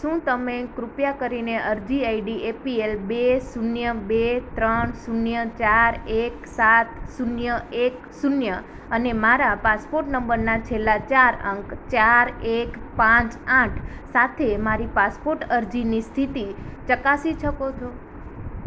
શું તમે કૃપયા કરીને અરજી આઈડી બે શૂન્ય બે ત્રણ શૂન્ય ચાર એક સાત શૂન્ય એક શૂન્ય અને મારા પાસપોર્ટ નંબરના છેલ્લા ચાર અંક ચાર એક પાંચ આઠ સાથે મારી પાસપોર્ટ અરજીની સ્થિતિ ચકાસી શકો છો